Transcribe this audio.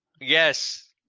Yes